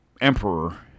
emperor